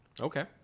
okay